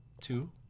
two